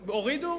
הורידו?